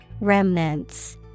Remnants